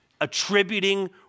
attributing